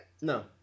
No